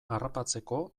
harrapatzeko